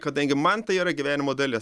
kadangi man tai yra gyvenimo dalis